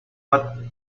but